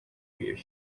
bir